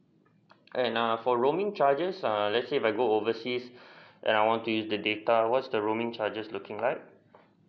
and err for roaming charges err let's say if I go overseas and I want to use the date what's the roaming charges looking like